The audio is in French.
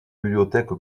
bibliothèque